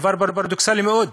זה דבר פרדוקסלי מאוד.